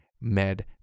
med